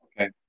Okay